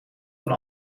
van